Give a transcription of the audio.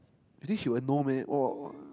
you think she will have know meh !wah!